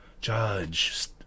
Judge